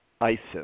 ISIS